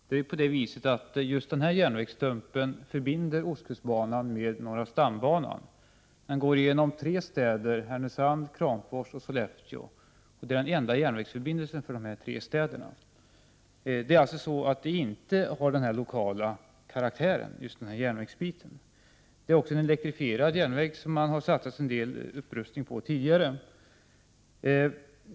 Herr talman! Jag ber att få tacka statsrådet för svaret. Tyvärr fick jag inte höra det som jag ville höra. Just den ifrågavarande järnvägsstumpen förbinder ostkustbanan med norra stambanan. Den går igenom tre städer: Härnösand, Kramfors och Sollefteå. Det är också de tre städernas enda järnvägsförbindelse. Järnvägsbiten har alltså inte någon lokal karaktär. Det rör sig också om en elektrifierad järnväg, som det har satsats en del utrustning på tidigare.